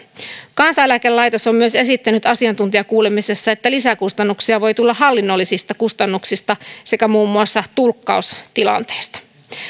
kansaneläkelaitos on myös esittänyt asiantuntijakuulemisessa että lisäkustannuksia voi tulla hallinnollisista kustannuksista sekä muun muassa tulkkaustilanteista